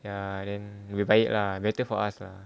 ya then lebih baik lah better for us lah